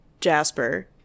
Jasper